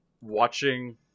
Watching